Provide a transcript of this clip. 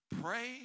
pray